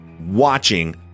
watching